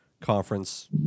Conference